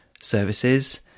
services